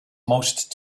most